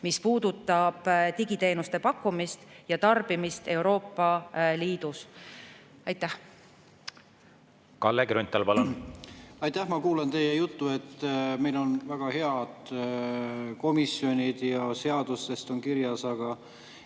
mis puudutab digiteenuste pakkumist ja tarbimist Euroopa Liidus. Kalle Grünthal, palun! Aitäh! Ma kuulan teie juttu, et meil on väga head komisjonid ja seadustes on [kõik] kirjas ja